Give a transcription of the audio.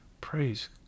Praise